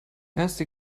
erste